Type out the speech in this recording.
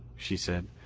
she said.